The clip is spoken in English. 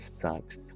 sucks